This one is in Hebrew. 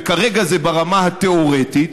וכרגע זה ברמה התיאורטית,